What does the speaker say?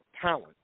talent